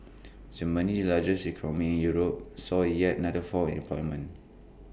Germany the largest economy in Europe saw IT yet matter fall in unemployment